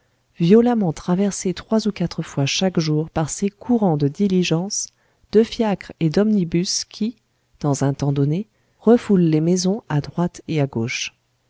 violemment traversées trois ou quatre fois chaque jour par ces courants de diligences de fiacres et d'omnibus qui dans un temps donné refoulent les maisons à droite et à gauche